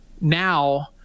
Now